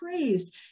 praised